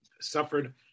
suffered